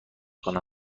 کنم